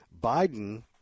Biden